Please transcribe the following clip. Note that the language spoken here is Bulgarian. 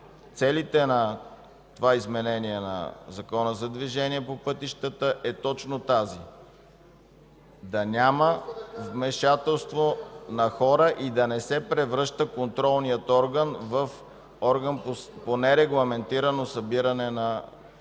целите на това изменение в Закона за движение по пътищата е точно тази – да няма вмешателство на хора и да не се превръща контролният орган в орган по нерегламентирано събиране на пари